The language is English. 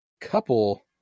couple